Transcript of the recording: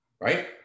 right